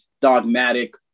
dogmatic